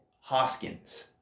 Hoskins